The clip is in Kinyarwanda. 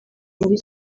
muri